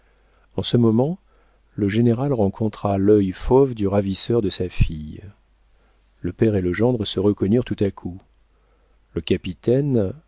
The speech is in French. en ce moment le général rencontra l'œil fauve du ravisseur de sa fille le père et le gendre se reconnurent tout à coup le capitaine